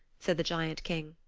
said the giant king.